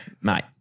mate